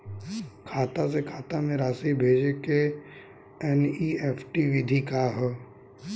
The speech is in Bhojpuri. खाता से खाता में राशि भेजे के एन.ई.एफ.टी विधि का ह?